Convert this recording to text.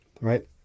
right